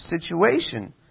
situation